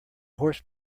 horse